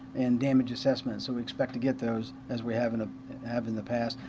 and damage assessments. we expect to get those as we have in ah have in the past.